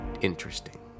interesting